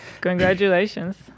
Congratulations